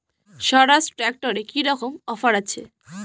স্বরাজ ট্র্যাক্টরে কি রকম অফার আছে?